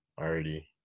already